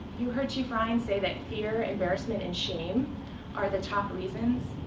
you heard chief ryan say that fear, embarrassment, and shame are the top reasons.